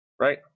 Right